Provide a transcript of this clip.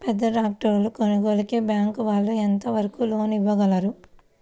పెద్ద ట్రాక్టర్ కొనుగోలుకి బ్యాంకు వాళ్ళు ఎంత వరకు లోన్ ఇవ్వగలరు?